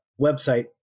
website